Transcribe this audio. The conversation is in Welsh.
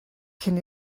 cyn